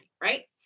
right